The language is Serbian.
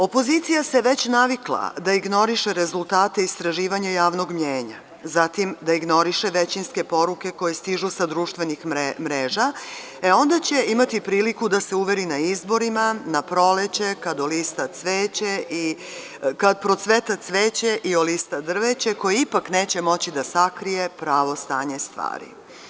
Opozicija se već navikla da ignoriše rezultate istraživanja javnog mnenja, da ignoriše većinske poruke koje stižu sa društvenih mreža, e onda će imati priliku da se uveri na izborima, na proleće kad procveta cveće i olista drveće, koje ipak neće moći da sakrije pravo stanje stvari.